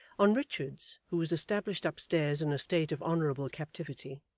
on richards, who was established upstairs in a state of honourable captivity,